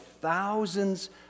thousands